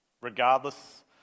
regardless